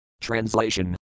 TRANSLATION